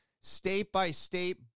state-by-state